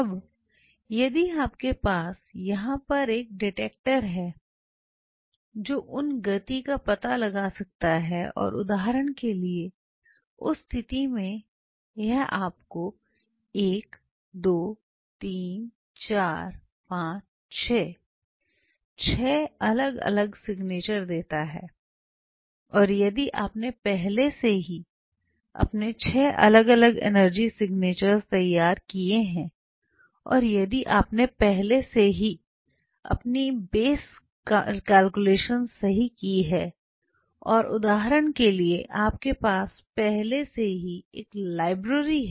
अब यदि आपके पास यहाँ पर एक डिटेक्टर है जो उन गति का पता लगा सकता है और उदाहरण के लिए उस स्थिति में यह आपको 1 2 3 4 5 6 6 अलग अलग सिग्नेचर देता है और यदि आपने पहले से ही अपने 6 अलग अलग एनर्जी सिग्नेचर तैयार किए हैं और यदि आपने पहले ही अपनी आधार गणना सही की है उदाहरण के लिए आपके पास पहले से ही एक लाइब्रेरी है